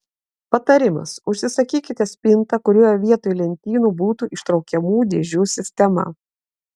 patarimas užsisakykite spintą kurioje vietoj lentynų būtų ištraukiamų dėžių sistema